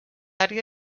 àrea